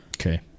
Okay